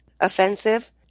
offensive